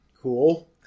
Cool